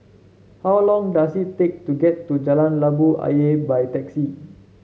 how long does it take to get to Jalan Labu Ayer by taxi